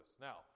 Now